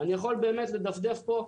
אני יכול לדפדף פה,